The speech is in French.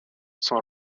sont